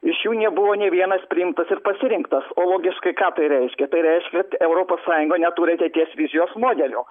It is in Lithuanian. iš jų nebūvo nei vienas priimtas ir pasirinktas o logiškai ką tai reiškia tai reiškia kad europos sąjunga neturi ateities vizijos modelio